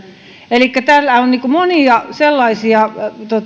elikkä tällä on monia sellaisia